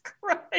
Christ